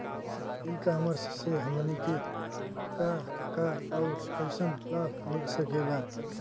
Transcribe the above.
ई कॉमर्स से हमनी के का का अउर कइसन लाभ मिल सकेला?